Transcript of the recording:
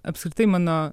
apskritai mano